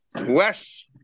Wes